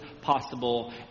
possible